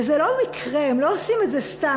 וזה לא מקרה, הם לא עושים את זה סתם.